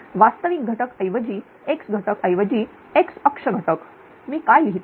वास्तविक घटक ऐवजी x घटक ऐवजी x अक्ष घटक मी काय लिहितोय